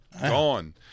Gone